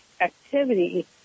activity